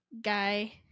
Guy